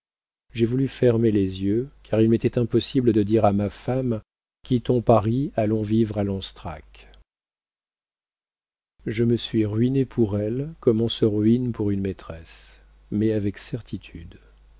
j'ai voulu fermer les yeux car il m'était impossible de dire à ma femme quittons paris allons vivre à lanstrac je me suis ruiné pour elle comme on se ruine pour une maîtresse mais avec certitude